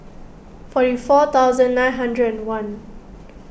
forty four thousand nine hundred and one